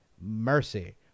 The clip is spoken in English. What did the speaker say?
Mercy